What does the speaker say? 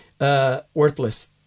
Worthless